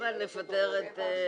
שמונה בעד.